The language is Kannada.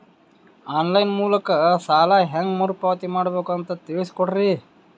ಆನ್ ಲೈನ್ ಮೂಲಕ ಸಾಲ ಹೇಂಗ ಮರುಪಾವತಿ ಮಾಡಬೇಕು ಅಂತ ತಿಳಿಸ ಕೊಡರಿ?